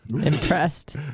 Impressed